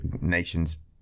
nation's